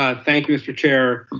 ah thank you, mr. chair.